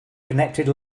connected